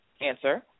Answer